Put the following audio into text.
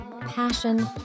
passion